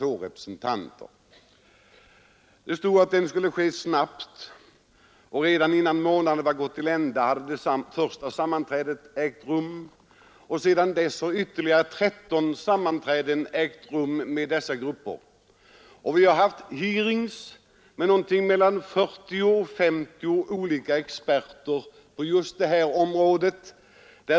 Det står att utredningen skall bedrivas skyndsamt, och redan innan månaden mars var till ända hade ett första sammanträde ägt rum. Sedan dess har det varit ytterligare 13 sammanträden med dessa grupper. Vi har också haft hearings med 40—50 olika experter på detta område.